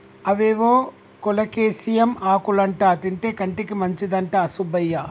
అవేవో కోలేకేసియం ఆకులంటా తింటే కంటికి మంచిదంట సుబ్బయ్య